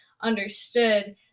understood